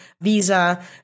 Visa